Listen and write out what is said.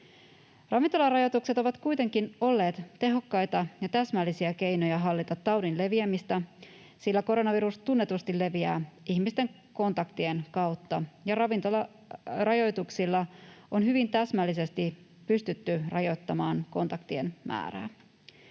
Ravintolarajoitukset ovat kuitenkin olleet tehokkaita ja täsmällisiä keinoja hallita taudin leviämistä, sillä koronavirus tunnetusti leviää ihmisten kontaktien kautta ja ravintolarajoituksilla on hyvin täsmällisesti pystytty rajoittamaan kontaktien määrää.